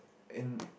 in